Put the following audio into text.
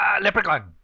leprechaun